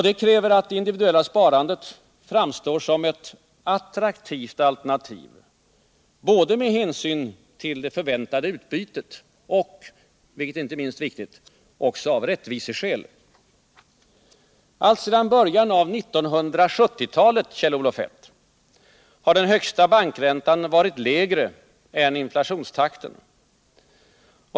Det kräver att det individuella sparandet framstår som ett attraktivt alternativ med hänsyn till det förväntade utbytet och — vilket inte minst är viktigt — av rättviseskäl. Värdesäkert lön sparande Alltsedan början av 1970-talet, Kjell-Olof Feldt, har den högsta bankräntan varit lägre än inflationstakten.